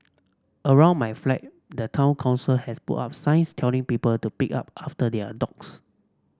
around my flat the town council has put up signs telling people to big up after their dogs